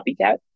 copycat